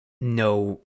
no